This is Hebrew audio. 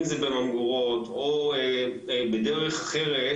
אם זה במהמורות או בדרך אחרת,